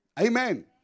Amen